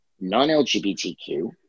non-LGBTQ